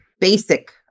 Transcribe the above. basic